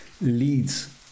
leads